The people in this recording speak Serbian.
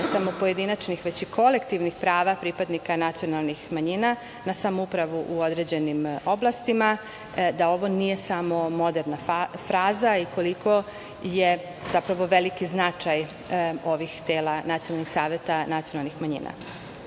ne samo pojedinačnih, već i kolektivnih prava pripadnika nacionalnih manjina na samoupravu u određenim oblastima, da ovo nije samo moderna fraza i koliko je zapravo veliki značaj ovih tela, nacionalnih saveta nacionalnih manjina. Da